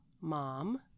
mom